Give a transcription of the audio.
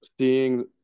seeing